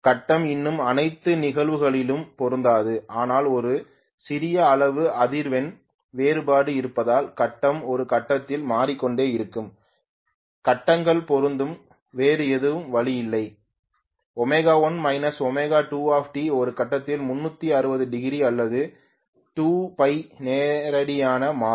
கட்டம் இன்னும் அனைத்து நிகழ்தகவுகளிலும் பொருந்தாது ஆனால் ஒரு சிறிய அளவு அதிர்வெண் வேறுபாடு இருப்பதால் கட்டம் ஒரு கட்டத்தில் மாறிக்கொண்டே இருக்கும் கட்டங்கள் பொருந்தும் வேறு எதுவும் வழி இல்லை ω1 −ω2 t ஒரு கட்டத்தில் 360 டிகிரி அல்லது 2Π ரேடியனாக மாறும்